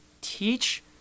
teach